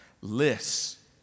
lists